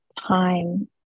time